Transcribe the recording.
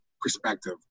perspective